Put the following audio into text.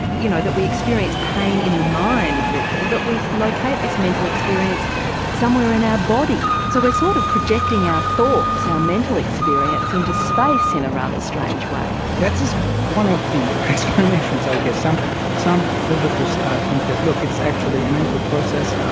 you know, that we experience pain in the mind really, but we like locate this mental experience somewhere in our body. so we're sort of projecting our thoughts, our mental experience into space in a rather strange way. that is one of the explanations, i guess, some some philosophers think that, look, it's actually a mental process,